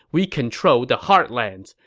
we control the heartlands.